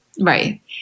Right